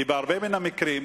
כי בהרבה מן המקרים,